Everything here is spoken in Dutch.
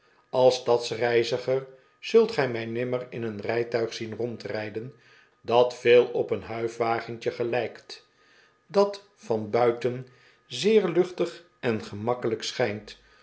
als stadsreiziger zult gij mij nimmer in een rijtuig zien rondrijden d'at veel op een huifwagentje gelijkt dat van buiten zeer luchtig en gemakkelijk schijnt